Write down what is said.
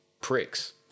pricks